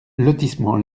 lotissement